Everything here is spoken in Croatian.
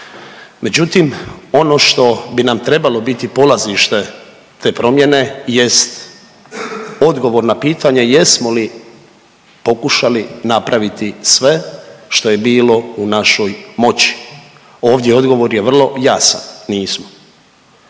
Međutim, ono što bi nam trebalo biti polazište te promjene jest odgovor na pitanje jesmo li pokušali napraviti sve što je bilo u našoj moći. Ovdje odgovor je vrlo jasan nismo,